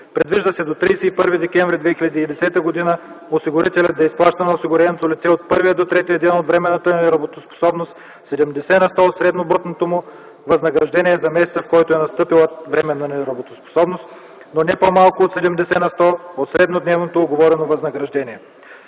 Предвижда се до 31 декември 2010 г. осигурителят да изплаща на осигуреното лице от първия до третия ден от временната неработоспособност 70 на сто от среднодневното брутно възнаграждение за месеца, в който е настъпила временната неработоспособност, но не по-малко от 70 на сто от среднодневното уговорено възнаграждение.